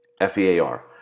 F-E-A-R